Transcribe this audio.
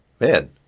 Man